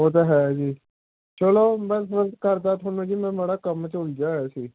ਉਹ ਤਾਂ ਹੈ ਜੀ ਚਲੋ ਕਰਦਾ ਤੁਹਾਨੂੰ ਜੀ ਮੈਂ ਮਾੜਾ ਕੰਮ 'ਚ ਉਲਝਿਆ ਹੋਇਆ ਸੀ